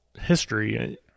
history